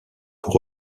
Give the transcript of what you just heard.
pour